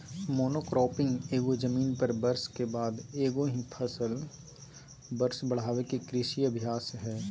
monocropping एगो जमीन पर वर्ष के बाद एगो ही फसल वर्ष बढ़ाबे के कृषि अभ्यास हइ